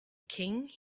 king